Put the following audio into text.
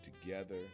together